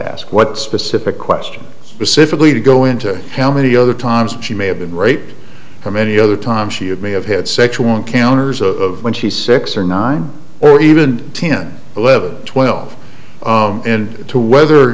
ask what specific question specifically to go into how many other times she may have been rape from any other time she had may have had sexual encounters of when she's six or nine or even ten eleven twelve and two whether